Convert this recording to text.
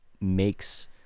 makes